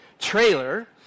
trailer